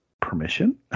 permission